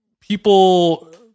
people